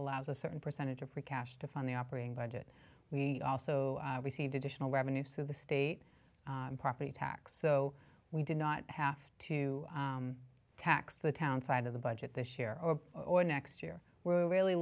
allows a certain percentage of cash to fund the operating budget we also received additional revenue so the state property tax so we did not have to tax the town side of the budget this year or or next year we're really